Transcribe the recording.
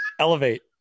Elevate